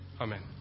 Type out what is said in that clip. Amen